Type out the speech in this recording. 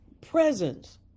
presence